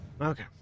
Okay